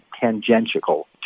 tangential